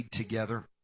together